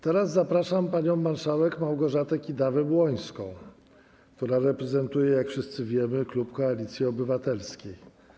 Teraz zapraszam panią marszałek Małgorzatę Kidawę-Błońską, która reprezentuje, jak wszyscy wiemy, klub Koalicji Obywatelskiej.